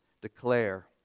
Declare